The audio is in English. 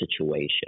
situation